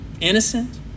innocent